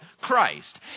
Christ